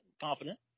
confident